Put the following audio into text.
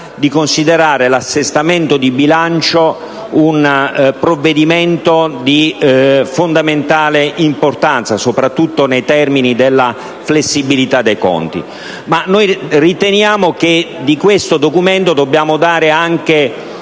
di considerare l'assestamento di bilancio un provvedimento di fondamentale importanza soprattutto nei termini della flessibilità dei conti. Crediamo che di questo documento si debba dare anche